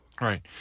Right